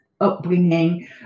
upbringing